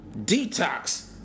Detox